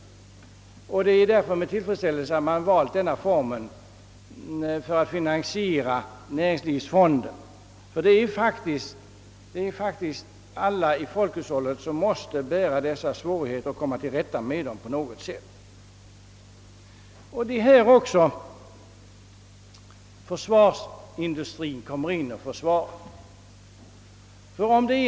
Det är därför med tillfredsställelse man. konstaterar valet av denna form för att finansiera näringslivets fonder, ty. det är faktiskt alla i folkhushållet som måste bära dessa svårigheter som vi har att komma till rätta med på något sätt. Och det är här försvarsindustrien och försvaret i övrigt kommer in.